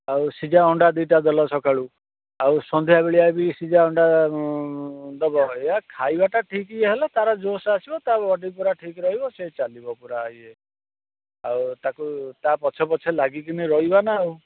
ଆଉ ସିଝା ଅଣ୍ଡା ଦୁଇଟା ଦେଲ ସଖାଳୁ ଆଉ ସନ୍ଧ୍ୟା ବେଳିଆ ବି ସିଝା ଅଣ୍ଡା ଦେବ ଏୟା ଖାଇବାଟା ଠିକ ଇଏ ହେଲେ ତାର ଜୋସ୍ ଆସିବ ତା' ବଡ଼ି ପୁରା ଠିକ ରହିବ ସେ ଚାଲିବ ପୁରା ଇଏ ଆଉ ତାକୁ ତା' ପଛେ ପଛେ ଲାଗିକିନି ରହିବା ନା ଆଉ